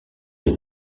les